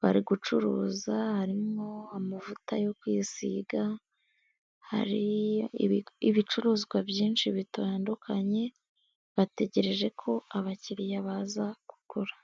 bari gucuruza. hHarimo amavuta yo kwisiga, hari ibicuruzwa byinshi bitandukanye bategereje ko abakiriya baza kugura.